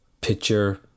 picture